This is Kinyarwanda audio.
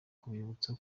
kubibutsa